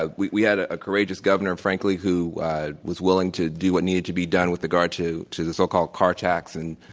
ah we we had ah a courageous governor, frankly, who was willing to do what needed to be done with regard to to the so called car tax. and